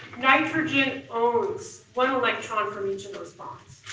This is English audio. nitrogen owns one electron from each of those bonds,